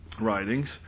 writings